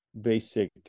basic